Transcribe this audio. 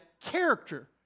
character